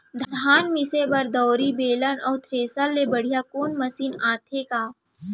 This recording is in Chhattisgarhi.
धान मिसे बर दंवरि, बेलन अऊ थ्रेसर ले बढ़िया कोनो मशीन आथे का?